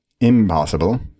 Impossible